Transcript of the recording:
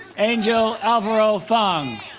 angel alvaro fong